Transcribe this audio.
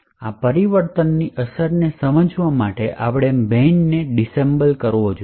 આ પરિવર્તનની અસરને સમજવા માટે આપણે મેઇનને ડિસમ્બ્લે કરવો જોઈએ